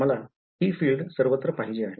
मला ही filed सर्वत्र पाहिजे आहे